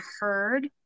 heard